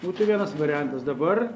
būtų vienas variantas dabar